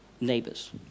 neighbors